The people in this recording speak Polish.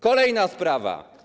Kolejna sprawa.